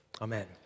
Amen